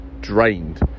drained